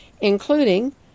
including